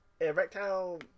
erectile